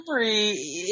memory